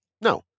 no